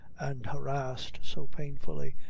and harrassed so painfully,